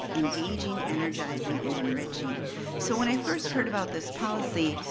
engaging, energizing, and enriching so when i first heard about this policy,